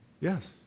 yes